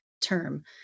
term